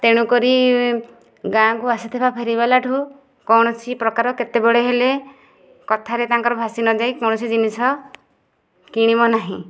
ତେଣୁକରି ଗାଁକୁ ଆସିଥିବା ଫେରିବାଲାଠୁ କୌଣସି ପ୍ରକାର କେତେବେଳେ ହେଲେ କଥାରେ ତାଙ୍କର ଭାସିନଯାଇ କୌଣସି ଜିନିଷ କିଣିବ ନାହିଁ